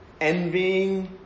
envying